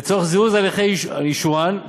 לצורך זירוז הליכי אישורן.